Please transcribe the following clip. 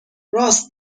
راست